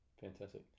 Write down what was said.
Fantastic